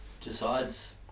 decides